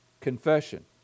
confession